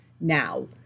now